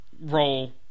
roll